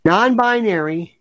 Non-binary